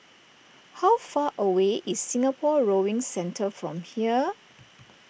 how far away is Singapore Rowing Centre from here